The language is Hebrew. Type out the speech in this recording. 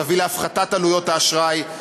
תביא להפחתת עלויות האשראי,